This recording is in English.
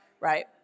right